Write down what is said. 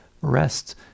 rest